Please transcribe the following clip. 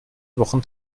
wochen